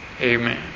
Amen